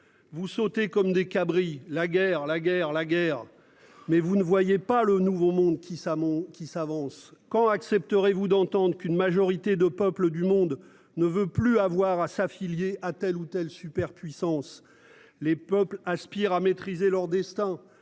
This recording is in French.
vous sauter comme des cabris la guerre, la guerre, la guerre. Mais vous ne voyez pas le nouveau monde qui. Qui s'avance quand accepterez-vous d'entendre qu'une majorité de peuples du monde ne veut plus avoir à s'affilier à telle ou telle superpuissance. Les peuples aspirent à maîtriser leur destin